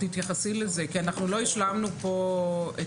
את תתייחסי לזה כי אנחנו לא השלמנו פה את